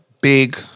Big